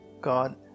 God